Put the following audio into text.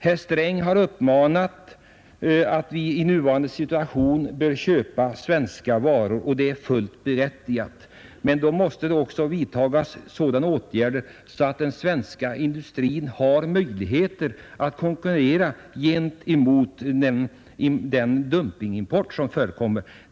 Herr Strängs uppmaning att vi i nuvarande situation bör köpa svenska varor är fullt berättigad. Men då måste det också vidtagas sådana åtgärder att den svenska industrin har möjligheter att konkurrera när det gäller den dumpingimport som förekommer.